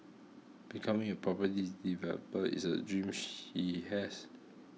becoming a property developer is a dream she has